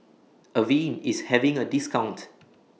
Avene IS having A discount